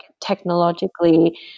technologically